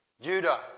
Judah